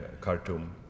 Khartoum